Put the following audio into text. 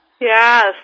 Yes